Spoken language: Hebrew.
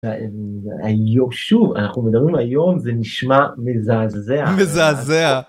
היום, שוב, אנחנו מדברים היום, זה נשמע מזעזע. מזעזע.